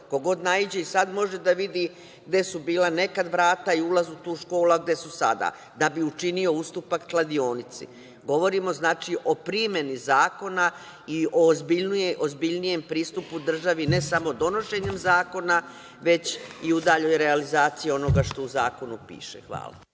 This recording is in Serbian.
Ko god naiđe i sad može da vidi gde su bila nekada vrata i ulaz u tu školu, a gde su sada da bi učinio ustupak kladionici. Govorimo o primeni zakona i o ozbiljnijem pristupu državi ne samo donošenjem zakona, već i u daljoj realizaciji onoga što u zakonu piše. Hvala.